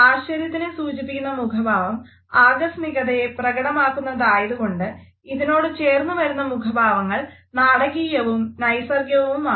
ആശ്ചര്യത്തിനെ സൂചിപ്പിക്കുന്ന മുഖഭാവം ആകസ്മികതയെ പ്രകടമാക്കുന്നതായതുകൊണ്ട് ഇതിനോട് ചേർന്നുവരുന്ന മുഖഭാവങ്ങൾ നാടകീയവും നൈസർഗ്ഗികവുമാണ്